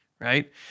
right